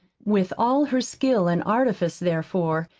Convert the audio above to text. with all her skill and artifice, therefore,